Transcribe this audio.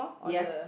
yes